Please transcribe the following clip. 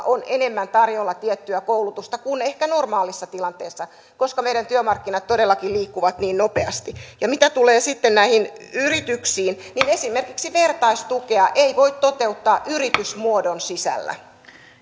on enemmän tarjolla tiettyä koulutusta kuin ehkä normaalissa tilanteessa koska meidän työmarkkinat todellakin liikkuvat niin nopeasti mitä tulee sitten näihin yrityksiin niin esimerkiksi vertaistukea ei voi toteuttaa yritysmuodon sisällä